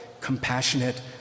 compassionate